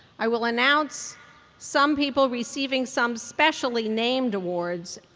i will announce some people receiving some specially named awards.